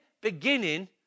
beginning